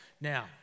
Now